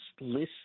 list